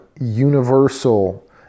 universal